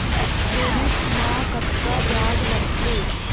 Credit मा कतका ब्याज लगथे?